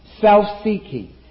self-seeking